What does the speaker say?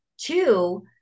Two